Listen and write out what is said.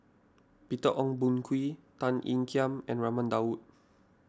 Peter Ong Boon Kwee Tan Ean Kiam and Raman Daud